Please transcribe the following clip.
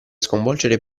sconvolgere